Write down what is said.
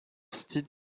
steve